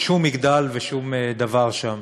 שום מגדל ושום דבר שם.